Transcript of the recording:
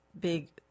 big